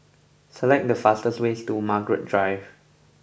select the fastest way to Margaret Drive